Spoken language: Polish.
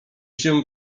się